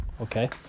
okay